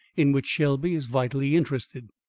in which shelby is vitally interested.